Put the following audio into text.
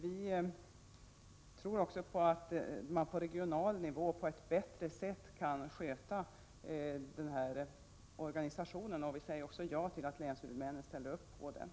Vi tror också att man på regional nivå på ett bättre sätt kan sköta denna organisation. Vi säger ja till att länshuvudmännen ställer upp på detta.